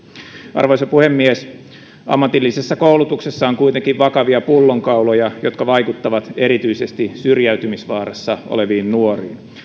arvoisa puhemies ammatillisessa koulutuksessa on kuitenkin vakavia pullonkauloja jotka vaikuttavat erityisesti syrjäytymisvaarassa oleviin nuoriin